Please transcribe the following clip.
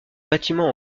bâtiment